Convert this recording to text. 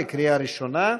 לקריאה ראשונה,